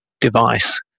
device